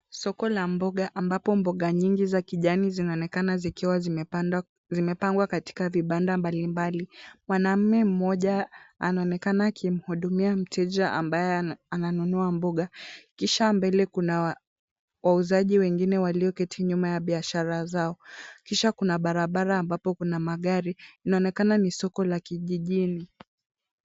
Soko la mboga ambapo mboga nyingi za kijani zinaonekana zikiwa zimepangwa katika vipanda mbalimbali. Mwanamme mmoja anaonekana akimhudumia mteja ambaye ananunua mboga, kisha mbele kuna wauzaji wengine walioketi nyuma ya biashara zao. Kisha Kuna barabara ambao kuna magari Inaonekana ni soko la kijijini.